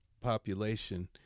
population